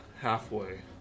halfway